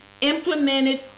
implemented